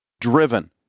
driven